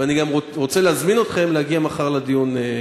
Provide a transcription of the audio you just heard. ואני גם רוצה להזמין אתכם להגיע מחר לדיון.